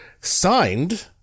signed